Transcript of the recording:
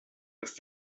ist